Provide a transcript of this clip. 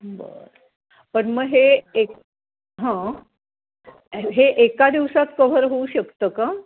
बर पण मग हे एक हां हे एका दिवसात कव्हर होऊ शकतं का